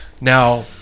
Now